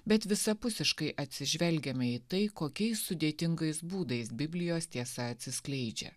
bet visapusiškai atsižvelgiame į tai kokiais sudėtingais būdais biblijos tiesa atsiskleidžia